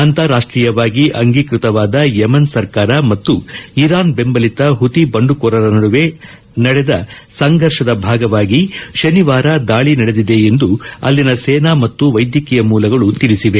ಅಂತಾರಾಷ್ಟೀಯವಾಗಿ ಅಂಗೀಕ್ಷತವಾದ ಯೆಮನ್ ಸರ್ಕಾರ ಮತ್ತು ಇರಾನ್ ಬೆಂಬಲಿತ ಹುತಿ ಬಂಡುಕೋರರ ನಡುವೆ ನಡೆದ ಸಂಘರ್ಷದ ಭಾಗವಾಗಿ ಶನಿವಾರ ದಾಳಿ ನಡೆದಿದೆ ಎಂದು ಅಲ್ಲಿನ ಸೇನಾ ಮತ್ತು ವೈದ್ಯಕೀಯ ಮೂಲಗಳು ತಿಳಿಸಿದೆ